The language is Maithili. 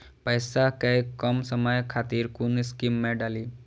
पैसा कै कम समय खातिर कुन स्कीम मैं डाली?